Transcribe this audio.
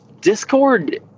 Discord